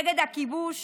נגד הכיבוש